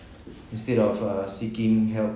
instead of uh seeking help